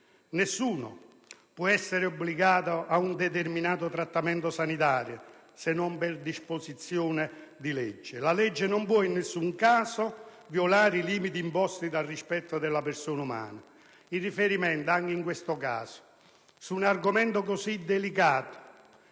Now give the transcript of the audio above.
Nessuno può essere obbligato a un determinato trattamento sanitario se non per disposizione di legge. La legge non può in nessun caso violare i limiti imposti dal rispetto della persona umana». Il riferimento, anche in questo caso, su un argomento così delicato